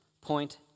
Point